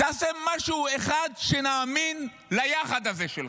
תעשה משהו אחד שנאמין ליחד הזה שלך.